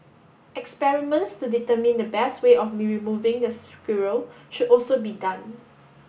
experiments to determine the best way of removing the squirrel should also be done